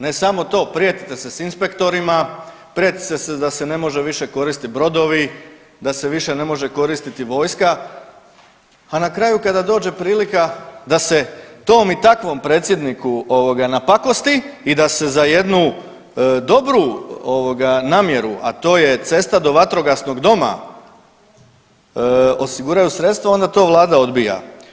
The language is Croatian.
Ne samo to, prijetite se s inspektorima, prijetite se da se ne može više koristiti brodovi, da se više ne može koristiti vojska, a na kraju kada dođe prilika da se tom i takovom predsjedniku ovoga napakosti i da se za jednu dobru ovoga namjeru, a to je cesta do vatrogasnog doma osiguraju sredstva onda to vlada odbija.